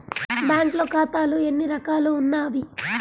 బ్యాంక్లో ఖాతాలు ఎన్ని రకాలు ఉన్నావి?